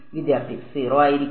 വിദ്യാർത്ഥി 0 ആയിരിക്കും